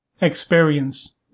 experience